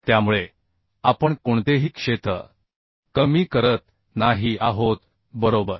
त्यामुळे आपण कोणतेही क्षेत्र कमी करत नाही आहोत बरोबर